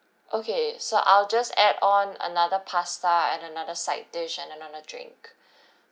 okay so I'll just add on another pasta and another side dish and another drink